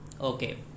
Okay